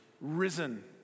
risen